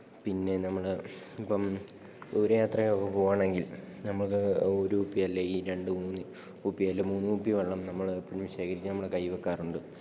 പിന്നെ നമ്മള് ഇപ്പോള് ദൂര യാത്രയോ ഒക്കെ പോവുകയാണെങ്കിൽ നമ്മള്ക്കു ഒരു കുപ്പിയല്ലേ ഈ രണ്ട് മൂന്ന് കുപ്പിയിലും മൂന്നു കുപ്പി വെള്ളം നമ്മള് എപ്പോഴും ശേഖരിച്ച് നമ്മള് കയ്യില് വയ്ക്കാറുണ്ട്